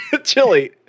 chili